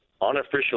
unofficial